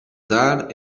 dar